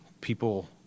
people